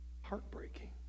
heartbreaking